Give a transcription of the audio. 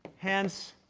hence,